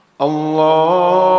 Allah